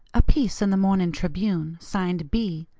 a piece in the morning tribune, signed b,